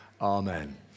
Amen